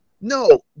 No